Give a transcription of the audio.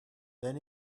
then